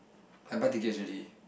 I buy tickets already